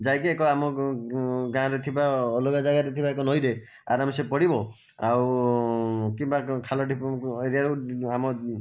ଯାଇକି ଏକ ଆମ ଗାଁରେ ଥିବା ଅଲଗା ଜାଗାରେ ଥିବା ଏକ ନଈରେ ଆରାମ ସେ ପଡ଼ିବ ଆଉ କିମ୍ବାଖାଲ ଢିପ ଏରିଆରେ ଆମ